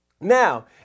Now